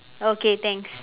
okay thanks